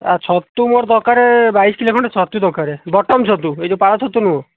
ଆ ଛତୁ ମୋର ଦରକାରେ ବାଇଶ କିଲୋ ଖଣ୍ଡେ ଛତୁ ଦରକାରେ ବଟମ ଛତୁ ଏଇ ଯେଉଁ ପାଳ ଛତୁ ନୁହଁ